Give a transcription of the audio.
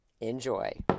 Enjoy